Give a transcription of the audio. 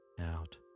Out